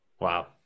Wow